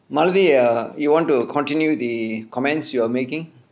mali err you want to continue the comments you are making